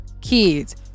kids